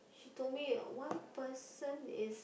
she told me one person is